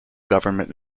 government